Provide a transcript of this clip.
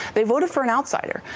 they voted for an outsider.